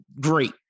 great